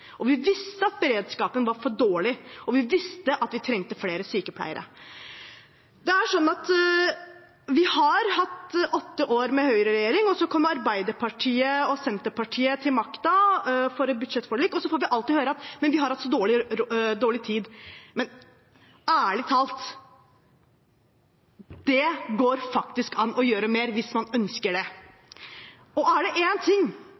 vi visste at beredskapen var for dårlig, og vi visste at vi trengte flere sykepleiere. Vi har hatt åtte år med høyreregjering, så kom Arbeiderpartiet og Senterpartiet til makten med et budsjettforlik, og så får vi alltid høre: Vi har hatt så dårlig tid. Men ærlig talt: Det går faktisk an å gjøre mer hvis man ønsker det. Og er det én ting